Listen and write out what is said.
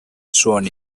sworn